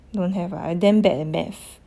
don't have ah I damn bad at math